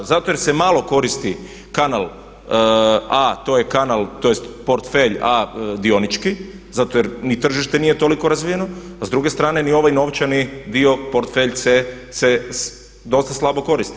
Zato jer se malo koristi kanal A, to je kanal, tj. portfelj A dionički, zato jer ni tržište nije toliko razvijeno, a s druge strane ni ovaj novčani dio portfelj C se dosta slabo koristi.